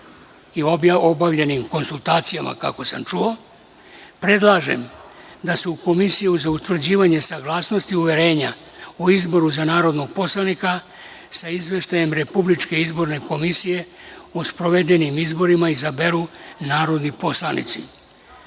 i obavljenim konsultacijama, kako sam čuo, predlažem da se u Komisiju za utvrđivanje saglasnosti uverenja o izboru za narodnog poslanika sa Izveštajem Republičke izborne komisije o sprovedenim izborima, izaberu narodni poslanici:1.